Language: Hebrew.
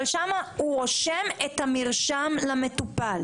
אבל שם הוא רושם את המרשם למטופל.